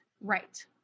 Right